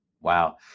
Wow